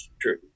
true